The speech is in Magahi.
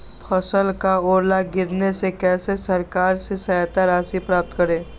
फसल का ओला गिरने से कैसे सरकार से सहायता राशि प्राप्त करें?